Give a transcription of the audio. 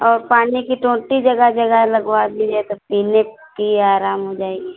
औ पानी की टोंटी जगह जगह लगवानी है तो पीने की आराम हो जाएगी